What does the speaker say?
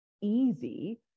easy